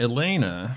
Elena